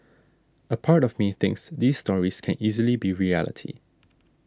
a part of me thinks these stories can easily be reality